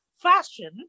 fashion